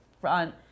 front